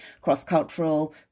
cross-cultural